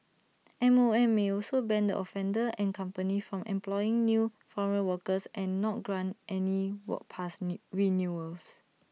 M O M may also ban the offender and company from employing new foreign workers and not grant any work pass new renewals